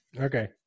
Okay